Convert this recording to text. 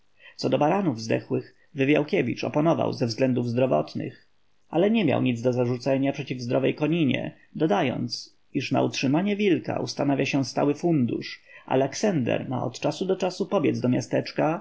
baranów zdechłych wywiałkiewicz oponował ze względów zdrowotnych ale nie miał nic do zarzucenia przeciw zdrowej koninie dodając iż na utrzymanie wilka ustanawia się stały fundusz a laksender ma od czasu do czasu pobiedz do miasteczka